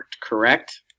correct